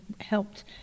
helped